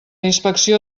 inspecció